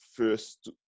First